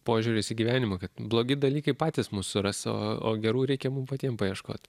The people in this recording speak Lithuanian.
požiūris į gyvenimą kad blogi dalykai patys mus suras o o gerų reikia mum patiem paieškoti